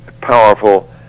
powerful